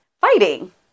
fighting